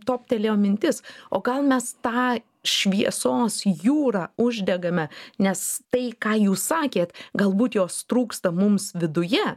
toptelėjo mintis o gal mes tą šviesos jūrą uždegame nes tai ką jūs sakėt galbūt jos trūksta mums viduje